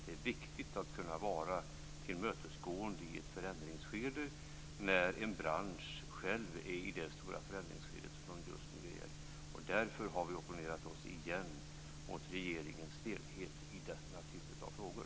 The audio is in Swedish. Det är viktigt att kunna vara tillmötesgående i ett förändringsskede, när en bransch själv är i det stora förändringsskede som den just nu är. Därför har vi opponerat oss igen mot regeringens stelhet i denna typ av frågor.